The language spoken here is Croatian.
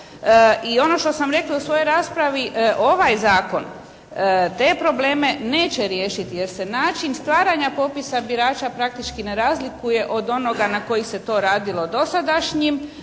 I ono što sam rekla i u svojoj raspravi ovaj zakon te probleme neće riješiti jer se način stvaranja popisa birača praktički ne razlikuje od onoga na koji se to radilo dosadašnjim,